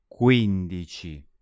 quindici